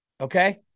okay